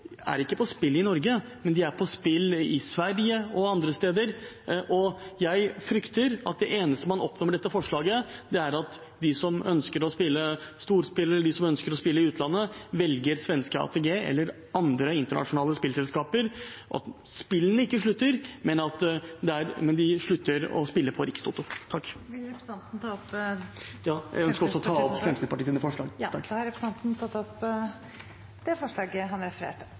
er ikke på spill i Norge, men på spill i Sverige og andre steder. Jeg frykter at det eneste man oppnår med dette forslaget, er at storspillere som ønsker å spille i utlandet, velger svenske ATG eller andre internasjonale spillselskaper – at spillene ikke slutter, men at de slutter å spille på Rikstoto. Jeg tar opp Fremskrittspartiets forslag. Representanten Himanshu Gulati har tatt opp det forslaget han refererte til. Denne saka handlar om hest, ikkje om spel, og det handlar om mykje meir enn trav. Det